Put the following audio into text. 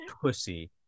pussy